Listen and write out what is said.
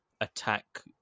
attack